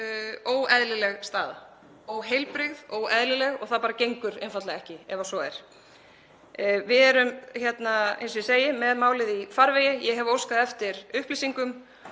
óeðlileg staða, óheilbrigð og óeðlileg, og það bara gengur einfaldlega ekki ef svo er. Við erum, eins og ég segi, með málið í farvegi, ég hef óskað eftir upplýsingum